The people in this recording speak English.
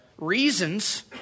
reasons